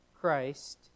Christ